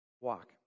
Walk